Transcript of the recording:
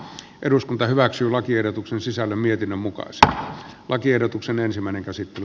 eduskunta hyväksyy lakiehdotuksen sisällön mietinnön mukaan saa lakiehdotuksen ensimmäinen käsittely